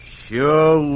sure